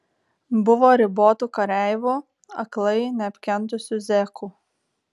buvo ribotų kareivų aklai neapkentusių zekų